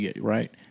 right